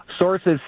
sources